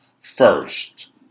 first